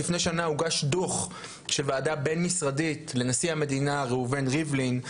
לפני שנה הוגש דוח של ועדה בין-משרדית לנשיא המדינה ראובן ריבלין,